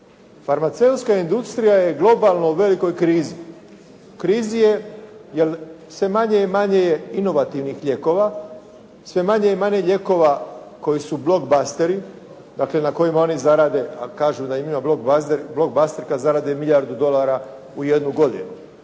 Farmaceutska industrija je globalno u velikoj krizi, u krizi je jer sve manje i manje je inovativnih lijekova, sve manje i manje lijekova koji su blockbusteri. Dakle, na kojima oni zarade, a kažu da im je blockbuster kad zarade milijun dolara u jednu godinu.